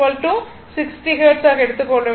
f 60 hertz ஆக எடுத்துக் கொள்ள வேண்டும்